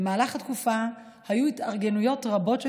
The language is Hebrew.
במהלך התקופה היו התארגנויות רבות של